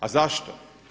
A zašto?